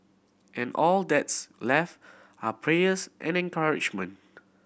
and all that's left are prayers and encouragement